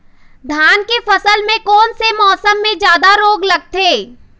धान के फसल मे कोन से मौसम मे जादा रोग लगथे?